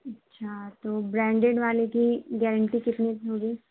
اچھا تو برینڈیڈ والے کی گارنٹی کتنے کی ہو گی